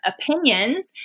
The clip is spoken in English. opinions